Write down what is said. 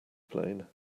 plane